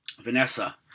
Vanessa